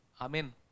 Amen